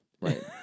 right